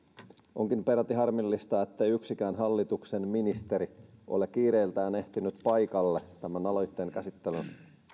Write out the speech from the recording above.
onkin peräti harmillista ettei yksikään hallituksen ministeri ole kiireiltään ehtinyt paikalle tämän aloitteen käsittelyyn